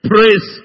Praise